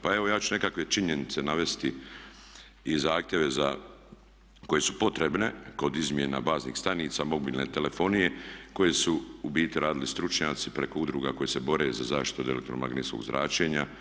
Pa evo ja ću nekakve činjenice navesti i zahtjevi koji su potrebni kod izmjena baznih stanica mobilne telefonije koje su u biti radili stručnjaci preko udruga koje se bore za zaštitu od elektromagnetskog zračenja.